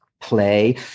play